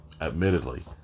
Admittedly